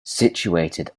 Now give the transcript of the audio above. situated